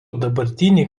dabartinį